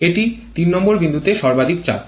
এটি ৩নং বিন্দুতে সর্বাধিক চাপ